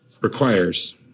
requires